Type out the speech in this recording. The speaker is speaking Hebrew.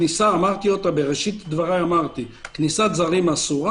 כניסת זרים אסורה.